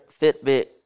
Fitbit